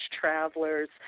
travelers